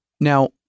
Now